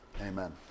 Amen